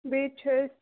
بیٚیہِ چھِ أسۍ